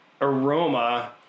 aroma